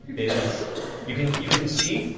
it is you can you can see